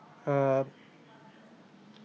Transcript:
um